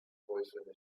boyfriend